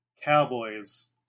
cowboys